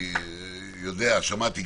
אני יודע ושמעתי,